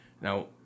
Now